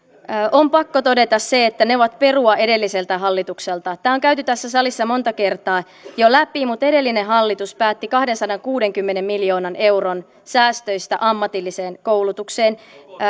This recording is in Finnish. on pakko todeta se että ne ovat perua edelliseltä hallitukselta tämä on käyty tässä salissa monta kertaa jo läpi mutta edellinen hallitus päätti kahdensadankuudenkymmenen miljoonan euron säästöistä ammatilliseen koulutukseen